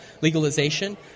legalization